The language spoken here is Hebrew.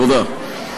תודה.